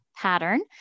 pattern